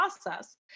process